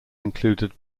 included